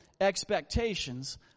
expectations